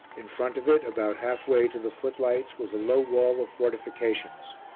in front of it, about halfway to the footlights, was a low wall of fortifications.